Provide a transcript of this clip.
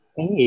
Hey